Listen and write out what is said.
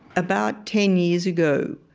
about ten years ago,